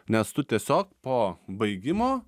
nes tu tiesiog po baigimo